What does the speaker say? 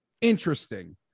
interesting